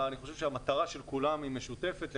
אני חושב שהמטרה של כולם היא משותפת והיא